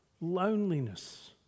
loneliness